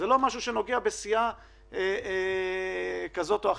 זה לא נוגע בסיעה זו או אחרת,